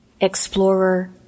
Explorer